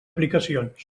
aplicacions